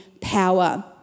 power